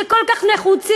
שכל כך נחוצים,